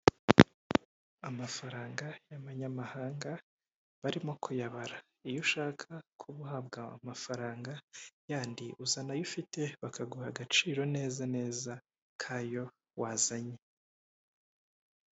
Amafaranga y'amanyamahanga barimo kuyabara. Iyo ushaka kuba uhabwa amafaranga yandi uzana ayo ufite, bakaguha agaciro neza neza k'ayo wazanye.